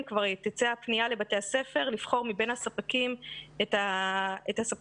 כבר תצא הפניה לבתי הספר לבחור מבין הספקים את הספק